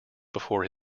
before